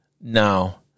now